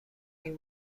این